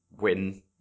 win